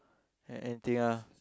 ya anything ah